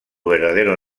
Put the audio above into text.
verdadero